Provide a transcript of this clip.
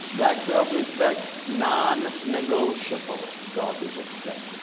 black self-respect, nonnegotiable garvey would say.